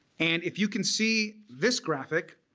and if you can see this graphic